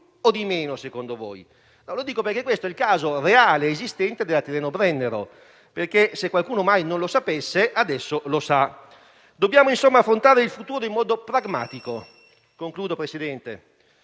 o di meno secondo voi? Lo dico perché questo è il caso reale, esistente della Tirreno-Brennero, e se qualcuno mai non lo sapesse, adesso lo sa. Dobbiamo insomma affrontare il futuro in modo pragmatico. Il metodo